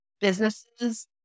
businesses